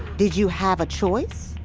did you have a choice?